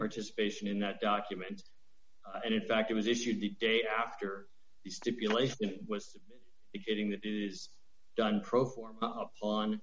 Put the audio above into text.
participation in that document and in fact it was issued the day after the stipulation was it ing that is done pro forma